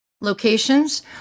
locations